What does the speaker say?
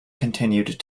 continued